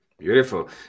Beautiful